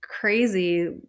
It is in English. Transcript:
crazy